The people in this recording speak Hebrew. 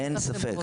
אין ספק.